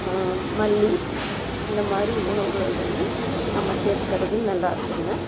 மல்லி இந்த மாதிரி உணவுகளை வந்து நம்ம சேர்த்துக்கறது நல்லா இருக்குதுங்க